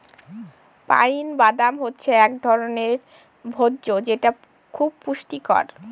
pine বাদাম হচ্ছে এক ধরনের ভোজ্য যেটা খুব পুষ্টিকর